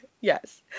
Yes